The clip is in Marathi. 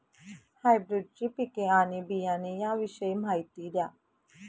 हायब्रिडची पिके आणि बियाणे याविषयी माहिती द्या